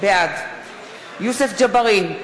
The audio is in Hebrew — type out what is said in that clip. בעד יוסף ג'בארין,